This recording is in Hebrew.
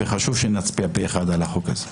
וחשוב שנצביע פה אחד על החוק הזה.